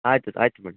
ಆಯಿತು ಆಯ್ತು ಮೇಡಮ್